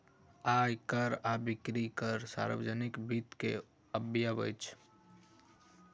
आय कर आ बिक्री कर सार्वजनिक वित्त के अवयव अछि